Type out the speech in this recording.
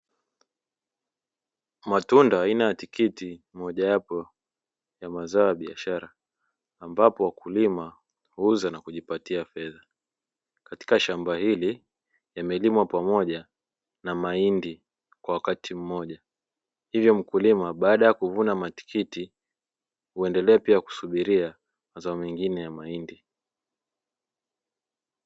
Matunda aina ya tikiti mojawapo ya mazao ya biashara, ambapo wakulima huuza na kujipatia fedha. Katika shamba hili limelimwa pamoja na mahindi kwa wakati mmoja, hivyo mkulima baada ya kuvuna matikiti, huendelea pia kusubiria mazao mengine ya mahindi.